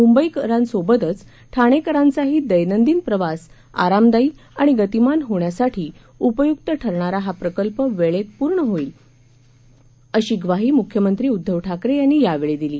मुंबईकरांसोबतच ठाणेकरांचाही दैनंदिन प्रवास आरामदायी आणि गतिमान होण्यासाठी उपयुक्त ठरणारा हा प्रकल्प वेळेत पूर्ण होईल अशी ग्वाही मुख्यमंत्री उद्धव ठाकरे यांनी यावेळी दिली